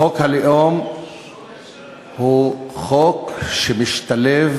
חוק הלאום הוא חוק שמשתלב